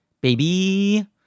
baby